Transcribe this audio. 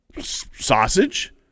sausage